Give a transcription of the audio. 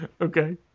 Okay